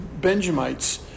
Benjamites